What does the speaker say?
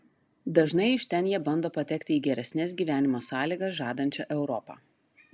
dažnai iš ten jie bando patekti į geresnes gyvenimo sąlygas žadančią europą